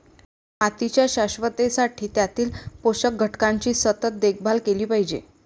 मातीच्या शाश्वततेसाठी त्यातील पोषक घटकांची सतत देखभाल केली पाहिजे